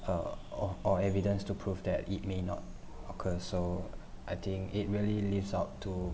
uh or or evidence to prove that it may not occur so I think it really leaves out to